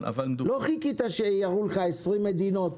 לא חיכית שיראו לך נתונים מ-20 מדינות אחרות.